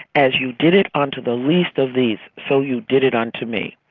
as you did it unto the least of these, so you did it unto me.